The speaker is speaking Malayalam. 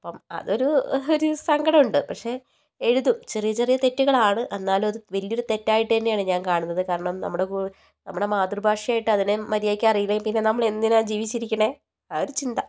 അപ്പം അതൊരു ഒരു സങ്കടം ഉണ്ട് പക്ഷെ എഴുതും ചെറിയ ചെറിയ തെറ്റുകളാണ് എന്നാലും അത് വലിയ ഒരു തെറ്റായിട്ടു തന്നെയാണ് ഞാൻ കാണുന്നത് കാരണം നമ്മുടെ കൂ നമ്മുടെ മാതൃഭാഷയായിട്ട് അതിനെ മര്യാദയ്ക്ക് അറിയില്ലെങ്കിൽപ്പിന്നെ നമ്മൾ എന്തിനാണ് ജീവിച്ചിരിയ്ക്കണെ ആ ഒരു ചിന്ത